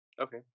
Okay